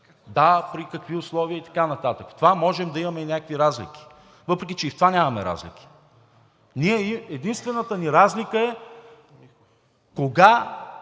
Да, при какви условия и така нататък – в това можем да имаме и някакви разлики, въпреки че и в това нямаме разлики. Единствената ни разлика е кога